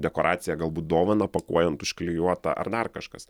dekoracija galbūt dovaną pakuojant užklijuota ar dar kažkas